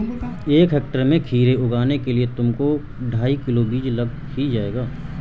एक हेक्टेयर में खीरे उगाने के लिए तुमको ढाई किलो बीज लग ही जाएंगे